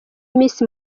miss